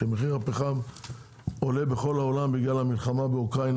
כשמחיר הפחם עולה בכל העולם בגלל המלחמה באוקראינה,